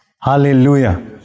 Hallelujah